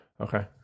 Okay